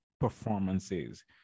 performances